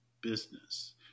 business